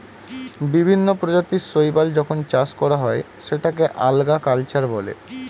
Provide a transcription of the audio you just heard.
বিভিন্ন প্রজাতির শৈবাল যখন চাষ করা হয় সেটাকে আল্গা কালচার বলে